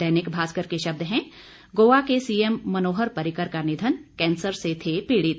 दैनिक भास्कर के शब्द हैं गोवा के सीएम मनोहर पर्रिकर का निधन कैंसर से थे पीड़ित